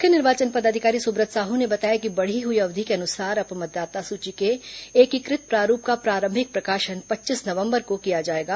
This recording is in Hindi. मुख्य निर्वाचन पदाधिकारी सुब्रत साहू ने बताया कि बढ़ी हुई अवधि के अनुसार अब मतदाता सूची के एकीकृत प्रारूप का प्रारंभिक प्रकाशन पच्चीस नवंबर को किया जाएगा